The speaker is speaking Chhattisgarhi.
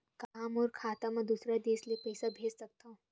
का मोर खाता म दूसरा देश ले पईसा भेज सकथव?